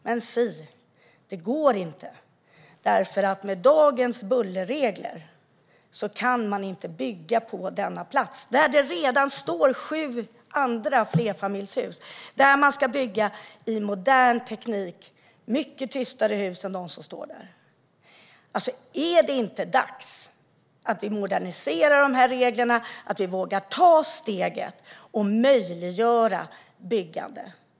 Men si, det går inte därför att med dagens bullerregler kan man inte bygga på denna plats där det redan står sju andra flerfamiljshus. Man ska med modern teknik bygga mycket tystare hus än de som står där. Är det inte dags att modernisera dessa regler och våga ta steget för att möjliggöra byggande?